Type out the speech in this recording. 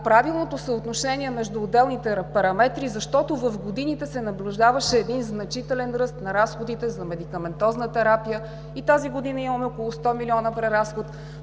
правилното съотношение между отделните параметри, защото в годините се наблюдаваше значителен ръст на разходите за медикаментозна терапия и тази година имаме около 100 млн. лв. преразход.